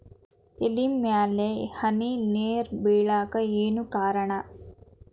ಎಲೆ ಮ್ಯಾಲ್ ಹನಿ ನೇರ್ ಬಿಳಾಕ್ ಏನು ಕಾರಣ?